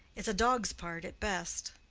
it's a dog's part at best.